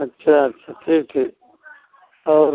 अच्छा अच्छा ठीक ठीक और